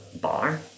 bar